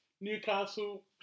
Newcastle